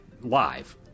live